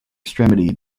extremity